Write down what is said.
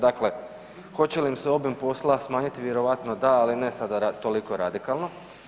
Dakle, hoće li im se obim posla smanjiti vjerojatno da, ali ne sada toliko radikalno.